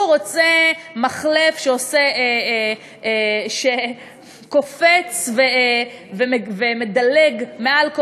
הוא רוצה מחלף שקופץ ומדלג מעל כל